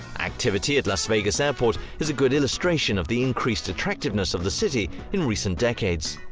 activity at las vegas airport is a good illustration of the increased attractiveness of the city in recent decades.